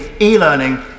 e-learning